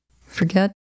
forget